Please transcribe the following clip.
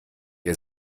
ihr